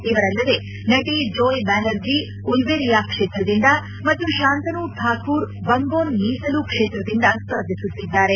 ಇವರಲ್ಲದೆ ನಟಿ ಜೋಯ್ ಬ್ನಾರ್ಜಿ ಉಳ್ಲೇರಿಯಾ ಕ್ಷೇತ್ರದಿಂದ ಮತ್ತು ಶಾಂತಾನು ಠಾಕೂರ್ ಬಂಗೋನ್ ಮೀಸಲು ಕ್ಷೇತ್ರದಿಂದ ಸರ್ಧಿಸುತ್ತಿದ್ದಾರೆ